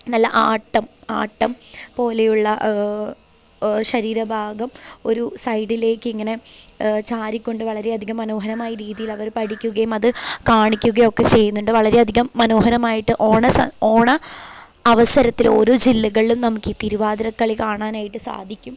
നല്ല ആട്ടം ആട്ടം പോലെയുള്ള ശരീരഭാഗം ഒരു സൈഡിലേക്ക് ഇങ്ങനെ ചാരിക്കൊണ്ട് വളരെയധികം മനോഹരമായ രീതിയിൽ അവർ പഠിക്കുകയും അത് കാണിക്കുക ഒക്കെ ചെയ്യുന്നുണ്ട് വളരെയധികം മനോഹരമായിട്ട് ഓണ സ ഓണ അവസരത്തിൽ ഓരോ ജില്ലകളിലും നമുക്കീ തിരുവാതിരക്കളി കാണാനായിട്ട് സാധിക്കും